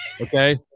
okay